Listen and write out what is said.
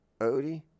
Odie